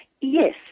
Yes